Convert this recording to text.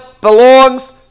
belongs